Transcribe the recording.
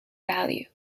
value